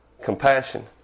compassion